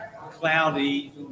cloudy